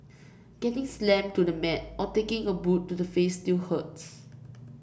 getting slammed to the mat or taking a boot to the face still hurts